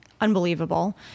unbelievable